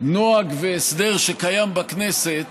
נוהג והסדר שקיימים בכנסת